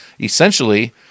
Essentially